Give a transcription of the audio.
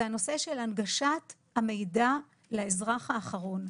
זה הנושא של הנגשת המידע לאזרח האחרון,